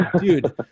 dude